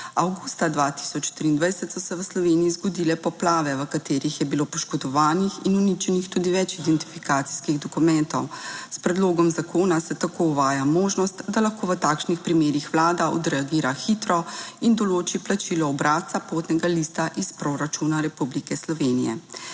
Avgusta 2023 so se v Sloveniji zgodile poplave, v katerih je bilo poškodovanih in uničenih tudi več identifikacijskih dokumentov. S predlogom zakona se tako uvaja možnost, da lahko v takšnih primerih Vlada odreagira hitro in določi plačilo obrazca potnega lista iz proračuna Republike Slovenije.